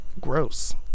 Gross